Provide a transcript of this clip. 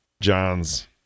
John's